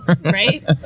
right